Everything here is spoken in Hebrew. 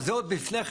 לא, זה עוד לפני כן.